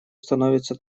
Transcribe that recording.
становится